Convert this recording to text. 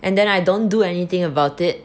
and then I don't do anything about it